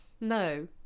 no